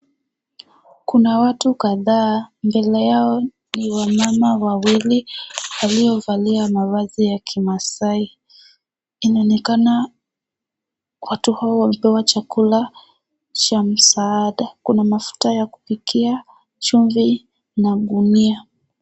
Kuna watu kadhaa mbele yao ni wa mama wawili waliovalia mavazi ya kimaasai. Inaonekana watu hawa wakipewa chakula cha msaada. Kuna mafuta ya kupikia, chumvi na gunia.